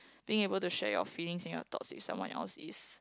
being able to share your feelings and your thoughts with someone else is